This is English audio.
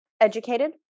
educated